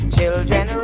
Children